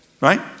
Right